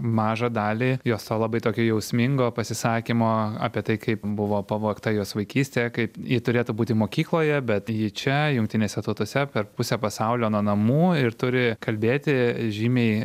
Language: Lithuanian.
mažą dalį jos to labai tokio jausmingo pasisakymo apie tai kaip buvo pavogta jos vaikystė kaip ji turėtų būti mokykloje bet ji čia jungtinėse tautose per pusę pasaulio nuo namų ir turi kalbėti žymiai